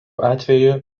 atveju